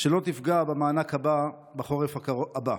שלא יפגע במענק הבא בחורף הבא.